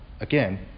again